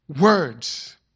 Words